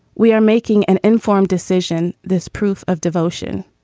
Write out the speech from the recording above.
we are making an informed decision. this proof of devotion.